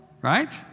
right